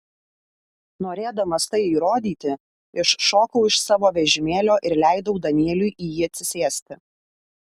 norėdamas tai įrodyti iššokau iš savo vežimėlio ir leidau danieliui į jį atsisėsti